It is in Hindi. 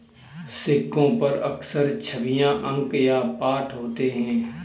सिक्कों पर अक्सर छवियां अंक या पाठ होते हैं